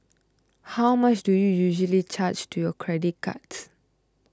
how much do you usually charge to your credit cards